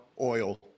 oil